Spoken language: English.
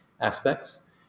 aspects